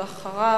ואחריו,